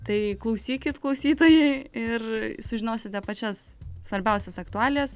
tai klausykit klausytojai ir sužinosite pačias svarbiausias aktualijas